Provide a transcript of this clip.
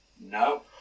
No